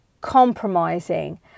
compromising